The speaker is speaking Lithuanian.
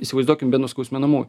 įsivaizduokim be nuskausminamųjų